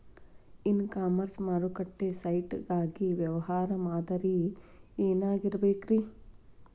E commerce ಮಾರುಕಟ್ಟೆ site ಗಾಗಿ ವ್ಯವಹಾರ ಮಾದರಿ ಏನಾಗಿರಬೇಕ್ರಿ?